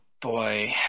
boy